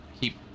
keep